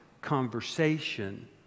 conversation